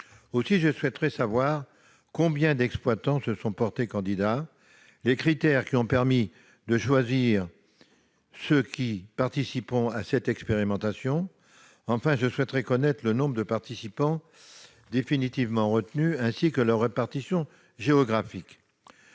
Aussi, je souhaite savoir combien d'exploitants se sont portés candidats et les critères qui ont permis de choisir ceux qui participeront à cette expérimentation. Enfin, quel est le nombre de participants définitivement retenus et quelle est leur répartition géographique